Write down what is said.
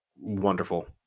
wonderful